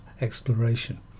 exploration